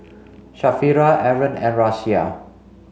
Sharifah Aaron and Raisya